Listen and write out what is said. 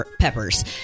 Peppers